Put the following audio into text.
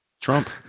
Trump